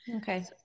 Okay